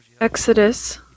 Exodus